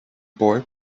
boy